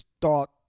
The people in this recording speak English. thought